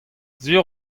sur